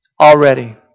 already